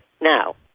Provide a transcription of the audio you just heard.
Now